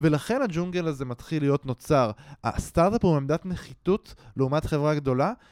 ולכן הג'ונגל הזה מתחיל להיות נוצר הסטארדאפ הוא עמדת נחיתות לעומת חברה גדולה